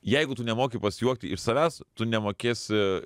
jeigu tu nemoki pasijuokti iš savęs tu nemokėsi